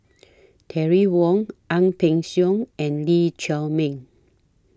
Terry Wong Ang Peng Siong and Lee Chiaw Meng